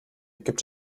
gibt